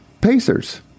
Pacers